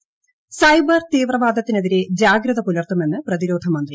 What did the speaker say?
പ സൈബർ തീവ്രവാദത്തിനെതിരെ ജാഗ്രത പുലർത്തുമെന്ന് ന് പ്രതിരോധമന്ത്രി